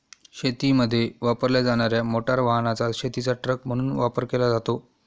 शेतीमध्ये वापरल्या जाणार्या मोटार वाहनाचा शेतीचा ट्रक म्हणून वापर केला जातो